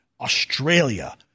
Australia